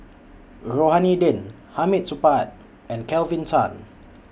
Rohani Din Hamid Supaat and Kelvin Tan